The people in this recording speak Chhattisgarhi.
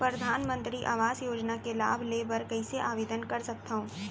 परधानमंतरी आवास योजना के लाभ ले बर कइसे आवेदन कर सकथव?